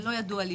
ולא ידוע לי